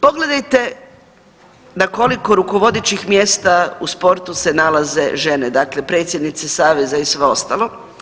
Pogledajte na koliko rukovodećih mjesta u sportu se nalaze žene, dakle predsjednice saveza i sve ostalo.